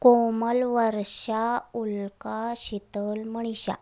Komal Varsha Ulka Sheetal Manisha